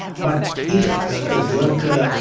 but if the worker,